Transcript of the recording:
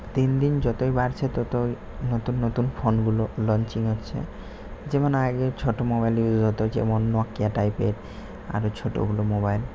দিন দিন যতই বাড়ছে ততই নতুন নতুন ফোনগুলো লঞ্চিং হচ্ছে যেমন আগে ছোটো মোবাইল ইউজ হতো যেমন নকিয়া টাইপের আরও ছোটোগুলো মোবাইল